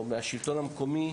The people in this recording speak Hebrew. או מהשלטון המקומי,